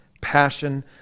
passion